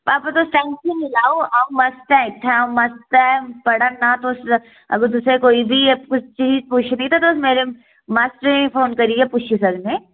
पापा तुस टेंशन नि लैओ आ'ऊं मस्त ऐ इत्थै आ'ऊं मस्त ऐ पढ़ै ना तुस कोई बी चीज पुच्छनी ते तुस मेरे मास्टरें ई फोन करियै पुच्छी सकने